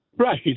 Right